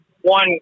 one